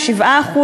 7%,